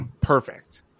perfect